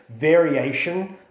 variation